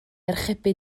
archebu